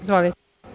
Izvolite.